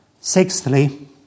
Sixthly